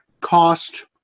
Cost